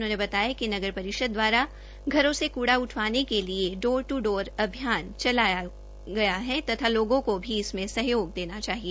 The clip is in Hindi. उन्होंने बताया कि नगर परिषद द्वारा घरों से कड़ा उठवाने के लिए डोर दू डोर अभियान चलाया हुआ है तथा लोगों को भी इसमें सहयोग देना चाहिए